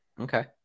Okay